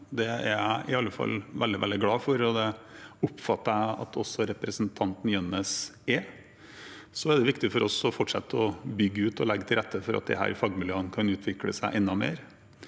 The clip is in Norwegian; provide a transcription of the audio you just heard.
Det er jeg i alle fall veldig, veldig glad for, og det oppfatter jeg at også representanten Jønnes er. Det er viktig for oss å fortsette å bygge ut og legge til rette for at disse fagmiljøene kan utvikle seg enda mer.